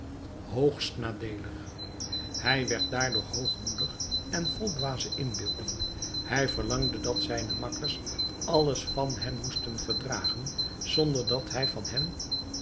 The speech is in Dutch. hoogst nadeelig hij werd daardoor hoogmoedig en vol dwaze inbeelding hij verlangde dat zijne makkers alles van hem moesten verdragen zonder dat hij van hen